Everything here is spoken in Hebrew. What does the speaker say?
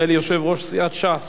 אחריו, חבר הכנסת אייכלר.